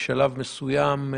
בשלב מסוים,